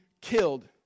killed